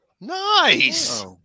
Nice